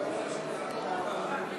הצעת חוק לתיקון פקודת בתי-הסוהר (מס' 51),